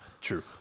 true